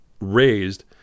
raised